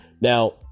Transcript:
now